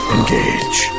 Engage